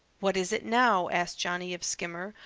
what is it now? asked johnny of skimmer,